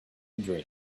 dream